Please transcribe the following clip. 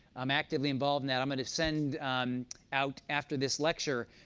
i'm actively involved now. i'm going to send out after this lecture,